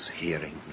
hearing